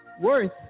worth